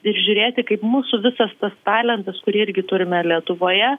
ir žiūrėti kaip mūsų visas tas talentas kurį irgi turime lietuvoje